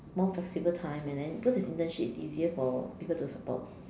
more flexible time and then because it's internships it's easier for people to support